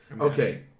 Okay